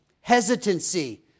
hesitancy